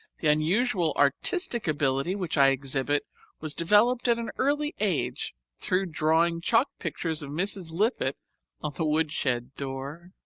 the unusual artistic ability which i exhibit was developed at an early age through drawing chalk pictures of mrs. lippett on the woodshed door.